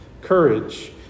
courage